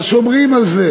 אבל שומרים על זה.